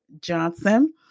Johnson